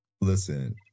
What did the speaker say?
Listen